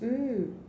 mm